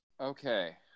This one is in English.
Okay